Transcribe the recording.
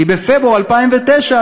כי בפברואר 2009,